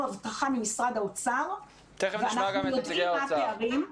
הבטחה ממשרד האוצר ואנחנו יודעים מה הפערים.